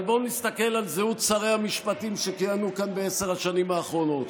אבל בואו נסתכל על זהות שרי המשפטים שכיהנו כאן בעשר השנים האחרונות.